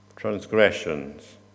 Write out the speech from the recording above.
transgressions